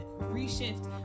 reshift